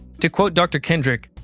to quote dr. kendrick.